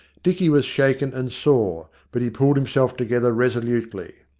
dicky was shaken and sore, but he pulled himself together resolutely.